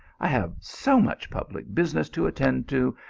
i have so much public business to attend to,